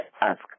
ask